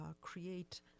create